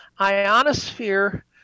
Ionosphere